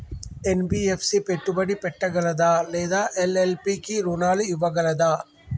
NBFC పెట్టుబడి పెట్టగలదా లేదా ఎల్.ఎల్.పి కి రుణాలు ఇవ్వగలదా?